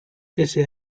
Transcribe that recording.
ese